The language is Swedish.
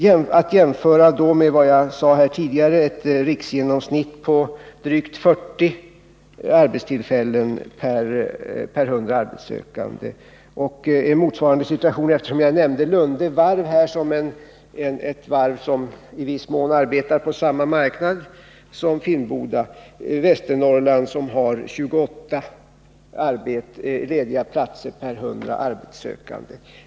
Detta skall jämföras, som jag tidigare sade, med ett riksgenomsnitt på drygt 40 arbetstillfällen per 100 arbetssökande. Jag kan, eftersom jag nämnde Lunde varv som ett varv som i viss mån arbetar på samma marknad som Finnboda varv, också peka på motsvarande situation i Västernorrland, där man har 28 lediga platser per 100 arbetssökande.